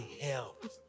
help